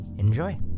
Enjoy